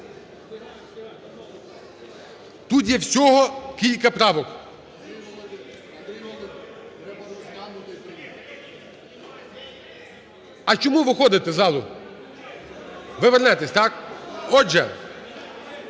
Тут є всього кілька правок. А чому виходите з залу? Ви вернетесь, так? Отже,